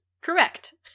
correct